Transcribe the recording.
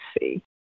see